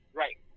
right